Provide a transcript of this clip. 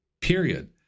period